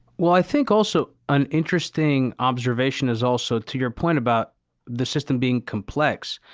well, i think also an interesting observation is also, to your point about the system being complex,